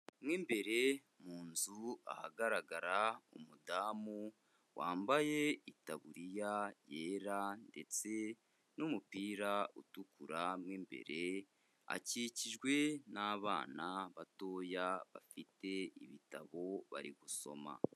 Mo imbere mu nzu ahagaragara umudamu wambaye itaburiya yera ndetse n'umupira utukura mo imbere akikijwe n'abana batoya bafite ibitabo bari gusoma.